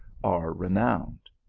are renowned.